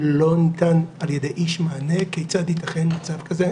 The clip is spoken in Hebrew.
לא ניתן על ידי איש מענה כיצד ייתכן מצב כזה,